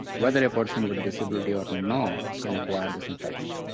whether a person with a disability or not, can acquire this infection.